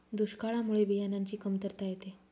दुष्काळामुळे बियाणांची कमतरता येते